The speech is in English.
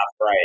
right